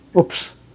Oops